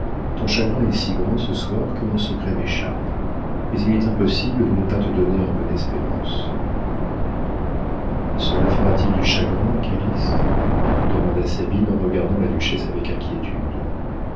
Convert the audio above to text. ton chagrin est si grand ce soir que mon secret m'échappe mais il m'est impossible de ne pas te donner un peu d'espérance cela fera-t-il du chagrin à calyste demanda sabine en regardant la duchesse avec inquiétude